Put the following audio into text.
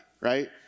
right